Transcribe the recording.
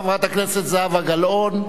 חברת הכנסת זהבה גלאון.